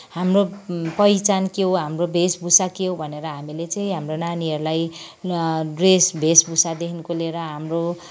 हाम्रो पहिचान के हो हाम्रो भेषभूषा के हो भनेर हामीले चाहिँ हाम्रो नानीहरूलाई ड्रेस भेषभूषादेखिको लिएर हाम्रो